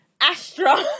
Astra